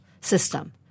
system